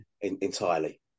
entirely